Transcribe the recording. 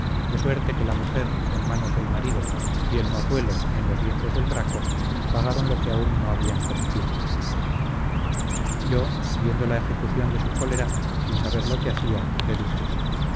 de suerte que la mujer en manos del marido y el mozuelo en los dientes del braco pagaron lo que aun no habían cometido yo viendo la ejecución de su cólera sin saber lo que hacía le dije